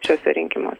šiuose rinkimuos